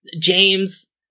James